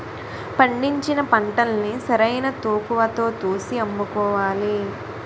పండించిన పంటల్ని సరైన తూకవతో తూసి అమ్ముకోవాలి